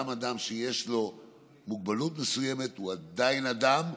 גם אדם שיש לו מוגבלות מסוימת הוא עדיין אדם,